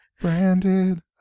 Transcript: Branded